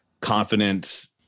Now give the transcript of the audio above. confidence